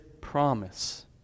promise